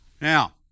Now